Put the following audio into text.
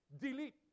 Delete